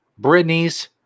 Britney's